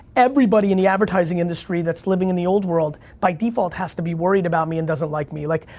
everybody in the advertising industry that's living in the old world, by default has to be worried about me and doesn't like me. like,